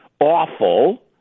awful